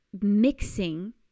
mixing